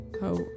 How-